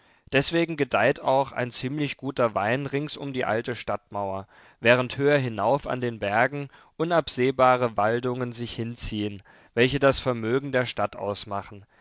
deswegen gedeiht auch ein ziemlich guter wein rings um die alte stadtmauer während höher hinauf an den bergen unabsehbare waldungen sich hinziehen welche das vermögen der stadt ausmachen